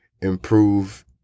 improve